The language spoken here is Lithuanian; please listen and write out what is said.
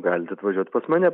galit atvažiuot pas mane